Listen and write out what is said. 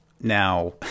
Now